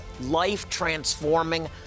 life-transforming